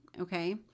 Okay